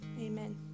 Amen